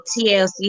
TLC